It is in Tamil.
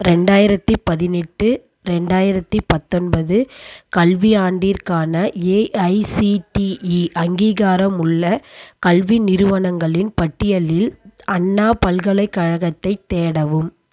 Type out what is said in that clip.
ரெண்டாயிரத்து பதினெட்டு ரெண்டாயிரத்து பத்தொன்பது கல்வியாண்டிற்கான ஏஐசிடிஇ அங்கீகாரமுள்ள கல்வி நிறுவனங்களின் பட்டியலில் அண்ணா பல்கலைக்கழகத்தைத் தேடவும்